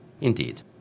Indeed